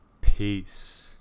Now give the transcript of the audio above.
Peace